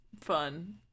Fun